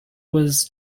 was